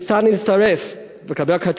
ניתן להצטרף ולקבל,